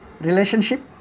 relationship